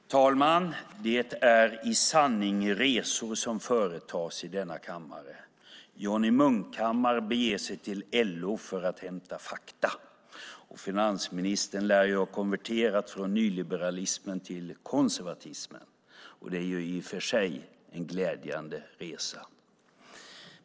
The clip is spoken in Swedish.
Fru talman! Det är i sanning resor som företas i denna kammare. Johnny Munkhammar beger sig till LO för att hämta fakta, och finansministern lär ha konverterat från nyliberalismen till konservatismen. Det är i och för sig en glädjande resa.